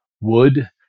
wood